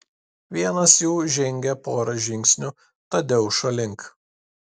vienas jų žengė porą žingsnių tadeušo link